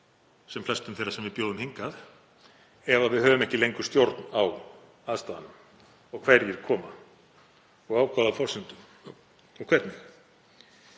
sem flestum þeirra sem við bjóðum hingað ef við höfum ekki lengur stjórn á aðstæðunum og því hverjir koma, á hvaða forsendum og hvernig?